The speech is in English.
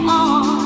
on